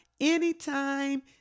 anytime